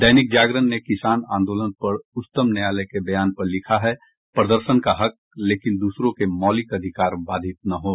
दैनिक जागरण ने किसान आंदोलन पर उच्चतम न्यायालय के बयान पर लिखा है प्रदर्शन का हक लेकिन दूसरों के मौलिक अधिकार बाधित न हों